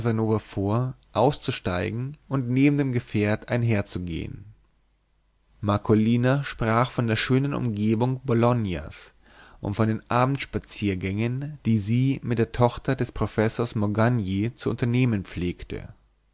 vor auszusteigen und neben dem gefährt einherzugehen marcolina sprach von der schönen umgebung bolognas und von den abendspaziergängen die sie mit der tochter des professors morgagni zu unternehmen pflegte